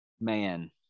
Man